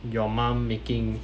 your mum making